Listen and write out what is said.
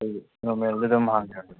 ꯅꯣꯔꯃꯦꯜꯗ ꯑꯗꯨꯝ ꯍꯥꯡꯖꯔꯒꯦ